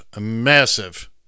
massive